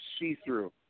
see-through